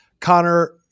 Connor